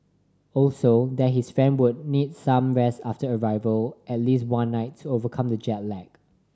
also that his friend would need some rest after arrival at least one night to overcome the jet lag